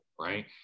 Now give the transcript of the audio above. Right